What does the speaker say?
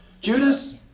Judas